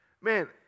Man